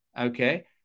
okay